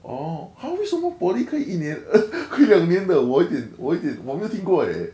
orh !huh! 为什么 poly 可以一年 两年的我有一点我有一点我没有听过 eh